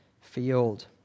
field